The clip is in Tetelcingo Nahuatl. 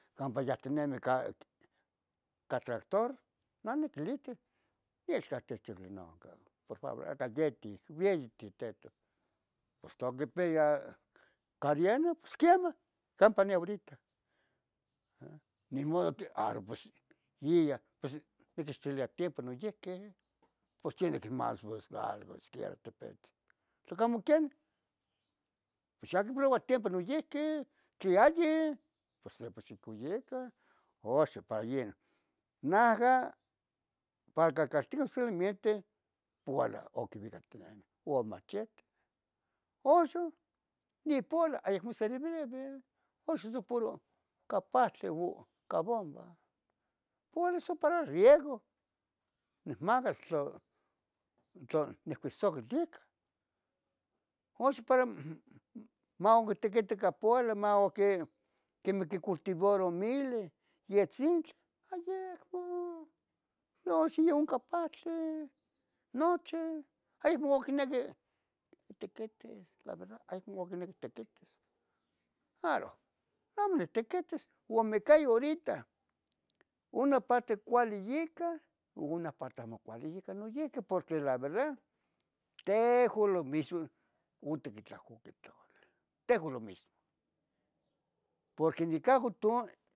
campa cahtinemi ca catractor non niquilihti acayeti vieyi titeto, pos tlo quipia cadena pos quiemah campa neh horita ah, nimodo a pos yiyah niquixtilia tipos noyihqui, pos tiene que mas pos siquiera tepitzin tlacamo quenin. Pox xa quipoloua tiempo noyihqui tli ayi pos tli co xocoyeca. Oxon para yeh najah para cacaltica solamente puoala oquiuicac nen o machete, oxo nipola aicmo servibre oxon so puro ca pahtli o ica bomba puali sanpara riego. Nihmagas tlo, tlo nihuihsogilica oxon para maontiquiticah poali maocque cultivaro mili, yetzintli, ayecmo. Oxi yonca pahtli noche aihmo quinequi tiquitis la verdad, aihmo quinequi tiquitis. Aro amo nitequites omecayo horita una parte cuali yica, una parte amo cuali ica noyihqui porque la verdad, tehgo los mismo otiquitlacoque tlauli, tehuan lo mismo, porque nicahcu tu